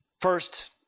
First